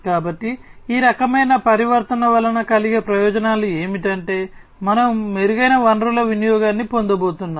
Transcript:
కాబట్టి ఈ రకమైన పరివర్తన వలన కలిగే ప్రయోజనాలు ఏమిటంటే మనము మెరుగైన వనరుల వినియోగాన్ని పొందబోతున్నాం